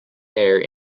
hair